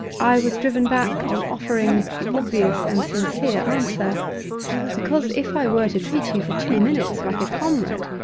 i was driven back on offering the obvious and sincere answer because if i were to treat you for two minutes like a comrade,